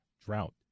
drought